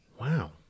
Wow